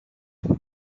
what